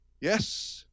Yes